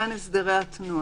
עניין הסדרי התנועה.